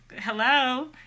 hello